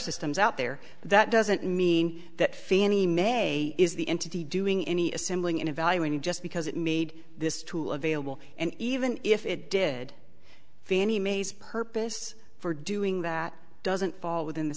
systems out there that doesn't mean that fannie mae is the entity doing any assembling and evaluating just because it made this tool available and even if it did fannie mae's purpose for doing that doesn't fall within the